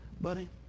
Buddy